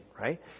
right